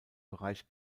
bereich